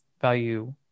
value